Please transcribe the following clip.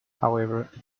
however